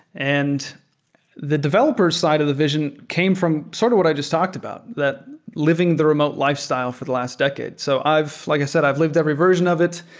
and the developer side of the vision came from sort of what i just talked about, that living the remote lifestyle for the last decade. so like i said, i've lived every version of it,